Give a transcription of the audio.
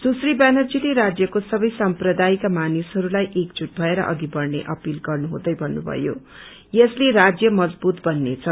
सुश्री व्यानर्जीले राज्यको सबै सम्प्रदाय का मानिसहस्वलाई एकजूट भएर अधि बढ़ने अपील गनुहुँदै भन्नुभयो यसले राज्य मजवूत बन्नेछ